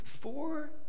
Four